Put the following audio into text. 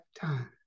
time